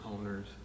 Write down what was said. owners